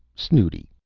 snooty.